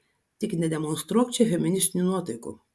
tik nedemonstruok čia feministinių nuotaikų